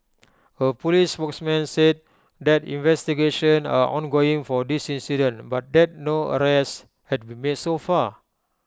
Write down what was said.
A Police spokesman said that investigations are ongoing for this incident but that no arrests had been made so far